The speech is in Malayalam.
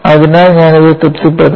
അതിനാൽ ഞാൻ ഇത് തൃപ്തിപ്പെടുത്തണം